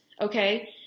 okay